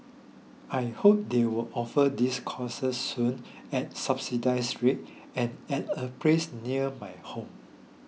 I hope they will offer these courses soon at subsidised rates and at a place near my home